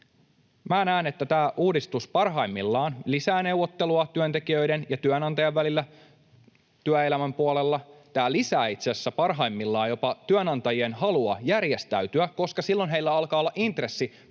Minä näen, että tämä uudistus parhaimmillaan lisää neuvottelua työntekijöiden ja työnantajan välillä työelämän puolella. Tämä lisää itse asiassa parhaimmillaan jopa työnantajien halua järjestäytyä, koska silloin heillä alkaa olla intressi